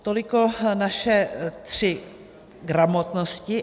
Toliko naše tři gramotnosti.